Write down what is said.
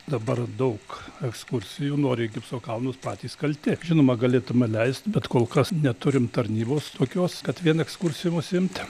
dabar daug ekskursijų nori į gipso kalnus patys kalti žinoma galėtume leisti bet kol kas neturim tarnybos tokios kad vien ekskursijom užsiimt